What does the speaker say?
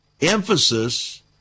emphasis